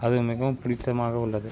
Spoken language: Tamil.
அது மிகவும் பிடித்தமாக உள்ளது